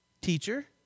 teacher